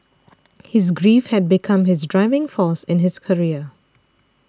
his grief have become his driving force in his career